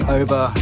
over